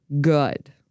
good